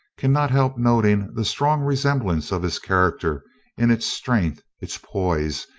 cannot help noting the strong resemblance of his character in its strength, its poise,